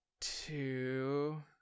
two